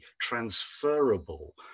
transferable